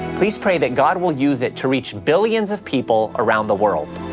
please pray that god will use it to reach billions of people around the world.